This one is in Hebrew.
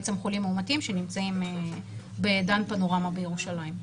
בעצם חולים מאומתים שנמצאים בדן פנורמה בירושלים.